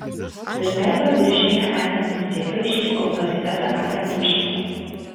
visai paviršiuje esantys rifai šį autoritetą gali apdaužyti